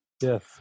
Yes